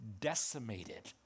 decimated